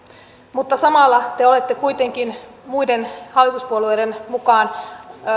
mutta samalla te olette kuitenkin muiden hallituspuolueiden mukana